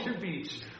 Beach